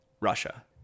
Russia